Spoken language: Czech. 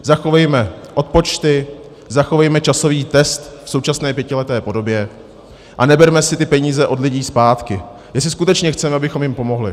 Zachovejme odpočty, zachovejme časový test v současné pětileté podobě a neberme si ty peníze od lidí zpátky, jestli skutečně chceme, abychom jim pomohli.